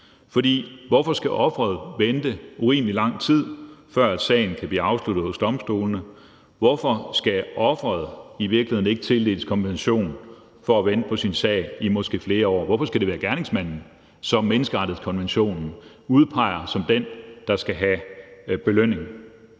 hvorfor skal offeret vente urimelig lang tid, før sagen kan blive afsluttet ved domstolene? Hvorfor skal offeret i virkeligheden ikke tildeles kompensation for at vente på sin sag i måske flere år? Hvorfor skal det være gerningsmanden, som menneskerettighedskonventionen udpeger som den, der skal have belønning?